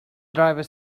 driver